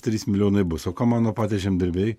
trys milijonai bus o ką mano patys žemdirbiai